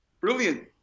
Brilliant